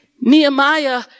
Nehemiah